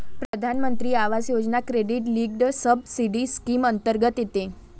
प्रधानमंत्री आवास योजना क्रेडिट लिंक्ड सबसिडी स्कीम अंतर्गत येते